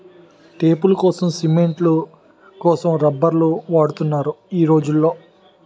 టేపులకోసం, సిమెంట్ల కోసం రబ్బర్లు వాడుతున్నారు ఈ రోజుల్లో